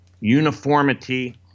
Uniformity